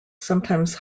sometimes